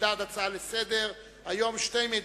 הצעה לסדר-היום מס' 439,